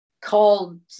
called